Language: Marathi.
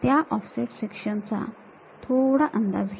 त्या ऑफसेट सेक्शन्स चा थोडा अंदाज घ्या